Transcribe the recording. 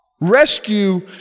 Rescue